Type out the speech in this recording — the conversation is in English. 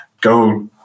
go